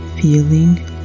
feeling